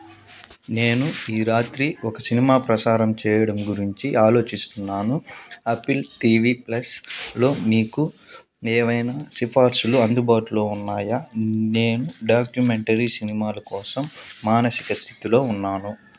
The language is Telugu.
నేను ఈ రాత్రి ఒక సినిమా ప్రసారం చేయడం గురించి ఆలోచిస్తున్నాను ఆపిల్ టీ వీ ప్లస్లో నీకు ఏవైనా సిఫార్సులు అందుబాటులో ఉన్నాయా నేను డాక్యుమెంటరీ సినిమాల కోసం మానసిక స్థితిలో ఉన్నాను